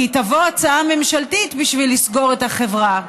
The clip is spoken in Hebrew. כי תבוא הצעה ממשלתית בשביל לסגור את החברה.